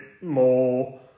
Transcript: more